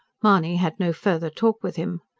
mahony had no further talk with him.